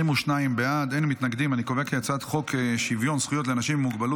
הצעת חוק שוויון זכויות לאנשים עם מוגבלות